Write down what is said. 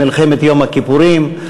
למלחמת יום הכיפורים.